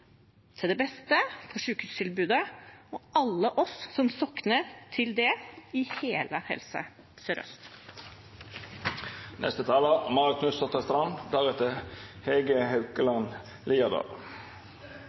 til det beste for sykehustilbudet og for alle oss som sokner til det i hele Helse